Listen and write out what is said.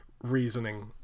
reasoning